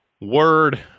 Word